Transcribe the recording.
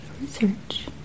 research